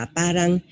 parang